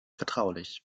vertraulich